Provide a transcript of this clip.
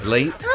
Late